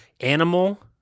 animal